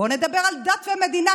בואו נדבר על דת ומדינה,